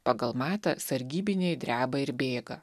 pagal matą sargybiniai dreba ir bėga